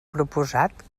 proposat